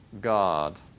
God